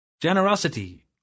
Generosity